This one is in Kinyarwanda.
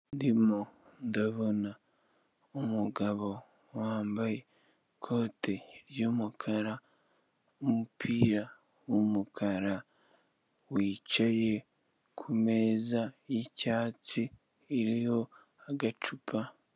Ndimo ndabona umugabo wambaye ikote ry'umukara n'umupira w'umukara wicaye kumeza y'icyatsi iriho agacupa.